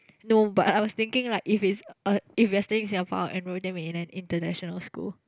no but I was thinking like if it's uh if we're staying in Singapore I'll enrol them in an international school